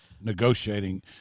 negotiating